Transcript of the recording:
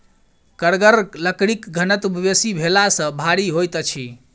कड़गर लकड़ीक घनत्व बेसी भेला सॅ भारी होइत अछि